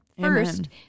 First